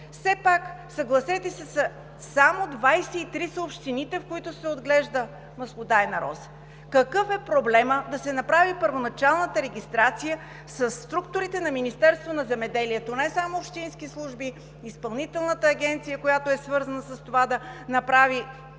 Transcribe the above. Съгласете се, че само 23 са общините, в които се отглежда маслодайна роза. Какъв е проблемът да се направи първоначалната регистрация със структурите на Министерството на земеделието, не само общински служби, Изпълнителната агенция, която е свързана с това, да направи